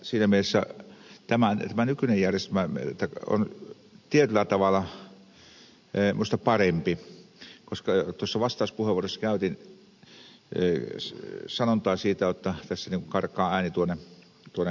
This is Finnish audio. siinä mielessä tämä nykyinen järjestelmä on tietyllä tavalla minusta parempi koska jo tuossa vastauspuheenvuorossa käytin sanontaa tässä karkaa ääni tuonne johonkin muualle